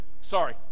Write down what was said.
sorry